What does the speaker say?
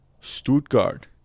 Stuttgart